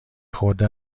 خورده